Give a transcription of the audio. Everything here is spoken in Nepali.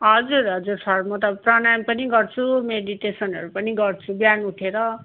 हजुर हजुर सर म त प्रणाम पनि गर्छु मेडिटेसनहरू पनि गर्छु बिहान उठेर